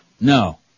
no